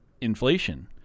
inflation